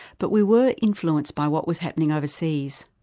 but we were influenced by what was happening overseas.